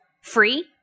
free